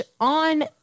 on